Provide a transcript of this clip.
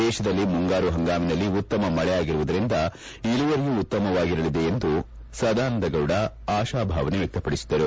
ದೇಶದಲ್ಲಿ ಮುಂಗಾರು ಪಂಗಾಮಿನಲ್ಲಿ ಉತ್ತಮ ಮಳೆಯಾಗಿರುವುದರಿಂದ ಇಳುವರಿಯೂ ಉತ್ತಮವಾಗಿರಲಿದೆ ಎಂದು ಸದಾನಂದಗೌಡ ಆಶಾಭಾವನೆ ವ್ಯಕ್ತಪಡಿಸಿದ್ದಾರೆ